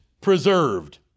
preserved